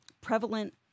prevalent